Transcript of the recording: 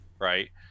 right